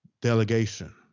delegation